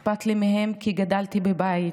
אכפת לי מהם, כי גדלתי בבית